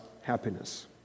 happiness